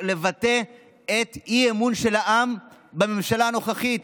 לבטא את אי-אמון העם בממשלה הנוכחית.